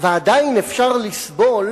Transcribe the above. ועדיין אפשר לסבול